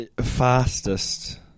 fastest